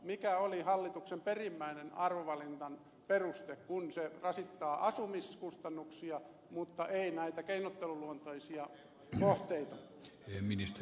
mikä oli hallituksen arvovalinnan perimmäinen peruste kun se rasittaa asumiskustannuksia mutta ei näitä keinotteluluontoisia kohteita